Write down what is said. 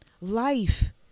life